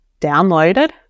downloaded